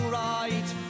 right